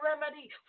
remedy